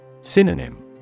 Synonym